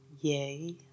Yay